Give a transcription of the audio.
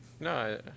No